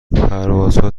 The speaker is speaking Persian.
پروازها